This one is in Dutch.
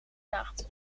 dacht